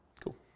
Cool